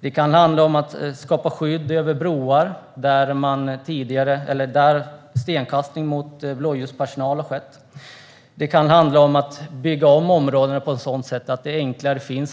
Det kan handla om att skapa skydd över broar där stenkastning mot blåljuspersonal har skett, att bygga om områdena på ett sådant sätt att det finns